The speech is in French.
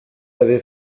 avait